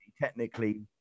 technically